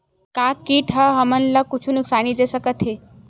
का कीट ह हमन ला कुछु नुकसान दे सकत हे?